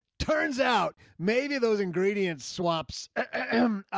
turns out maybe those ingredients, swaps and, ah,